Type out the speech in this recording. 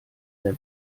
der